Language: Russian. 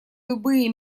любые